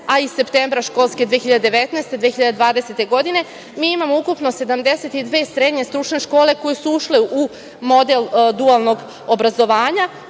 a iz septembra školske 2019./2020. godine, mi imamo ukupno 72 srednje stručne škole koje su ušle u model dualnog obrazovanja